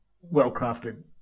well-crafted